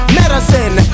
medicine